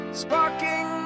sparking